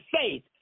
faith